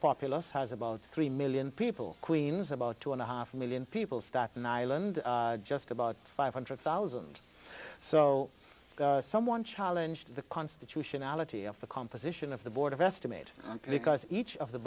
populous has about three million people queens about two and a half million people staten island just about five hundred thousand so someone challenge the constitutionality of the composition of the board of estimate because each of the